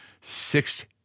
six